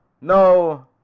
no